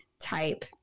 type